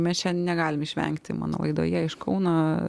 mes jo negalim išvengti mano laidoje iš kauno